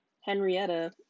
Henrietta